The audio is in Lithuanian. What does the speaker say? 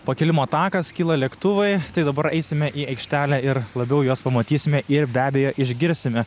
pakilimo takas kyla lėktuvai tai dabar eisime į aikštelę ir labiau juos pamatysime ir be abejo išgirsime